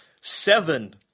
Seven